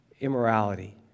immorality